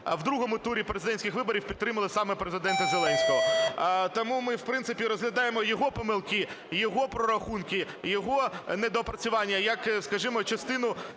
в другому турі президентських виборів підтримали саме Президента Зеленського. Тому ми, в принципі, розглядаємо його помилки, його прорахунки, його недоопрацювання як, скажімо, частину